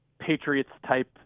Patriots-type